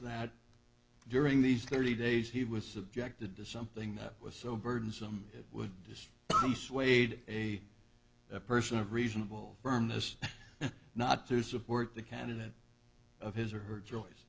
that during these thirty days he was subjected to something that was so burdensome it would just be swayed a person of reasonable firmness not to support the candidate of his or her joyce